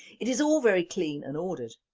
it is all very clean and ordered.